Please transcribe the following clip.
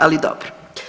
Ali dobro.